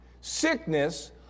sickness